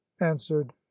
answered